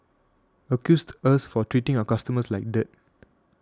accused us for treating our customers like dirt